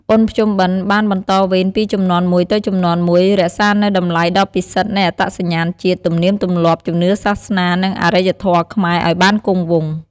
បុណ្យភ្ជុំបិណ្ឌបានបន្តវេនពីជំនាន់មួយទៅជំនាន់មួយ រក្សានូវតម្លៃដ៏ពិសិដ្ឋនៃអត្តសញ្ញាណជាតិ ទំនៀមទម្លាប់ ជំនឿសាសនា និងអរិយធម៌ខ្មែរឲ្យបានគង់វង្ស។